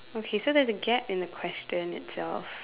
okay so there's a gap in the question itself